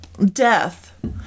Death